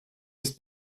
ist